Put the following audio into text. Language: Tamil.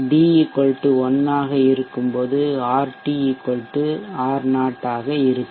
d 1 ஆக இருக்கும்போது RT R0 ஆக இருக்கும்